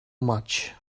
much